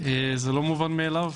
זה לא מובן מאליו.